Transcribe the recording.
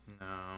no